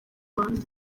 rwanda